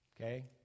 Okay